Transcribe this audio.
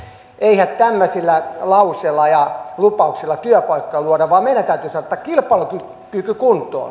eihän tämmöisillä lauseilla ja lupauksilla työpaikkoja luoda vaan meidän täytyy saada tämä kilpailukyky kuntoon